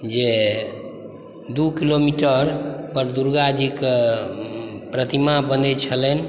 जे दू किलोमीटर पर दुर्गाजीके प्रतिमा बनै छलनि